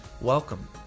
Welcome